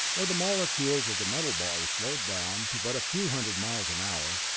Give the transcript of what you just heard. or the molecules of the metal bar are slowed down to but a few hundred miles an hour,